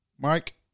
Mike